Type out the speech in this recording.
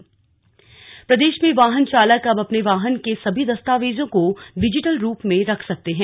digital प्रदेश में वाहन चालक अब अपने वाहन के सभी दस्तावेजों को डिजिटल रूप में रख सकते हैं